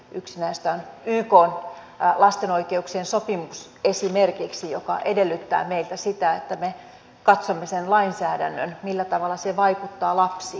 yksi näistä on esimerkiksi ykn lasten oikeuksien sopimus joka edellyttää meiltä sitä että me katsomme sen lainsäädännön millä tavalla se vaikuttaa lapsiin perheisiin